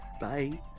Bye